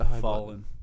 Fallen